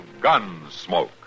Gunsmoke